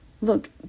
Look